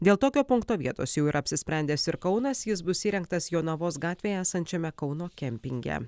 dėl tokio punkto vietos jau yra apsisprendęs ir kaunas jis bus įrengtas jonavos gatvėj esančiame kauno kempinge